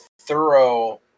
thorough